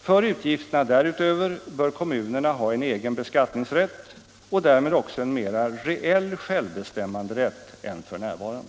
För utgifter därutöver bör kommunerna ha en egen beskattningsrätt och därmed också en mera reell självbestämmanderätt än f.n.